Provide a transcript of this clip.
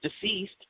deceased